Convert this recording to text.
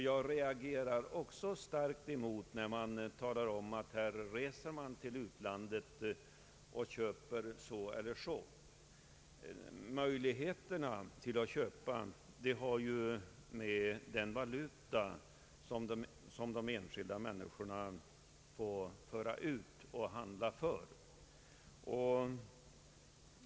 Jag reagerar också starkt emot talet om att människor reser till utlandet och köper olika varor. Möjligheterna att köpa har samband med den valuta som de enskilda människorna får föra ut och handla för.